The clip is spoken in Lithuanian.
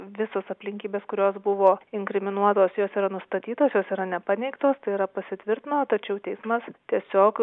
visos aplinkybės kurios buvo inkriminuotos jos yra nustatytos jos yra nepaneigtos tai yra pasitvirtino tačiau teismas tiesiog